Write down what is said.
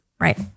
Right